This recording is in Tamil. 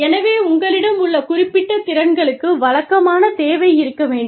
எனவே உங்களிடம் உள்ள குறிப்பிட்ட திறன்களுக்கு வழக்கமான தேவை இருக்க வேண்டும்